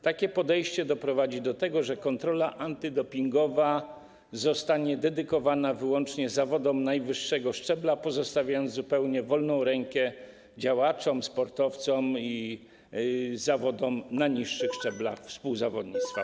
Takie podejście doprowadzi do tego, że kontrola antydopingowa zostanie dedykowana wyłącznie zawodom najwyższego szczebla, a pozostawi się zupełnie wolną rękę działaczom, sportowcom i zawodom na niższych szczeblach współzawodnictwa.